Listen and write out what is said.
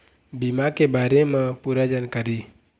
बीमा के बारे म पूरा जानकारी?